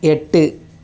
எட்டு